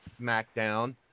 SmackDown